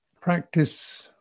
practice